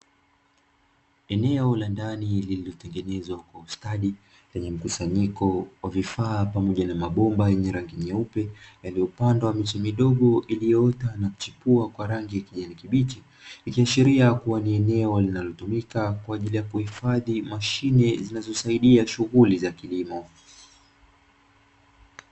Eneo la ndani lililotengenezwa kwa ustadi lenye mkusanyiko wa vifaa pamoja na mabomba yenye rangi nyeupe yaliyopandwa miche midogo iliyoota na kuchipua kwa rangi ya kijani kibichi, ikiashiria kua ni eneo linalotumika kwa ajili ya kuhifadhi mashine zinazo saidia shughuli za kilimo.